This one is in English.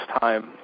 time